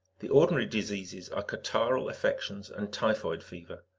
the ordinary diseases are catarrhal affections and typhoid fever.